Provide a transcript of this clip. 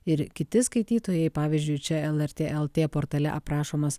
ir kiti skaitytojai pavyzdžiui čia lrt lt portale aprašomas